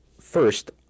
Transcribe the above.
First